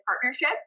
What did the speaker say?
partnership